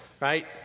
right